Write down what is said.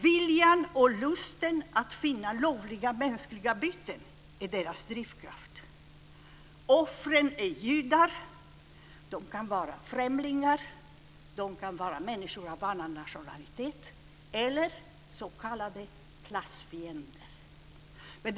Viljan och lusten att finna lovliga mänskliga byten är deras drivkraft. Offren är judar, främlingar, människor av annan nationalitet eller s.k. klassfiender.